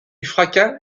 fracas